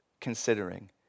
considering